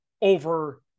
over